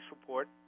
report